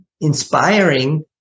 inspiring